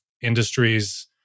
industries